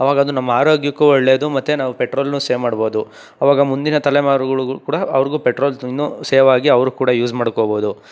ಆವಾಗ ಅದು ನಮ್ಮ ಆರೋಗ್ಯಕ್ಕೂ ಒಳ್ಳೆಯದು ಮತ್ತು ನಾವು ಪೆಟ್ರೋಲ್ನೂ ಸೇವ್ ಮಾಡ್ಬೋದು ಆವಾಗ ಮುಂದಿನ ತಲೆಮಾರುಗಳಿಗೂ ಕೂಡ ಅವರಿಗೂ ಪೆಟ್ರೋಲ್ ಇನ್ನೂ ಸೇವ್ ಆಗಿ ಅವರೂ ಕೂಡ ಯೂಸ್ ಮಾಡ್ಕೋಬೋದು